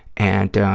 and